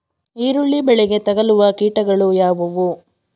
ಈರುಳ್ಳಿ ಬೆಳೆಗೆ ತಗಲುವ ಕೀಟಗಳು ಯಾವುವು?